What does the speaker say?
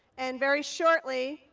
and very shortly,